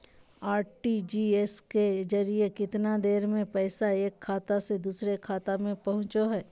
RTGS के जरिए कितना देर में पैसा एक खाता से दुसर खाता में पहुचो है?